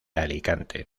alicante